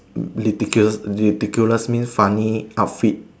ridiculous ridiculous means funny outfit